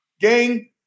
Gang